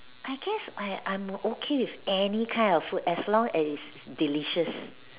I guess I I'm okay with any kind of food as long as is delicious